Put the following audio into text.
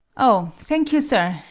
oh, thank you, sir,